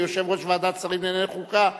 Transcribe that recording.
כיושב-ראש ועדת שרים לענייני חקיקה,